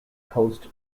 coast